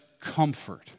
comfort